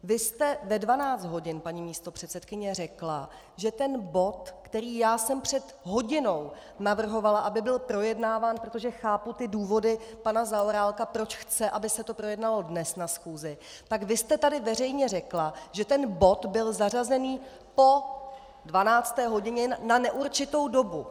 Vy jste ve 12 hodin, paní místopředsedkyně, řekla, že ten bod, který já jsem před hodinou navrhovala, aby byl projednáván protože chápu důvody pana Zaorálka, proč chce, aby se to projednalo dnes na schůzi , tak vy jste tady veřejně řekla, že ten bod byl zařazený po 12. hodině na neurčitou dobu.